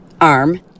arm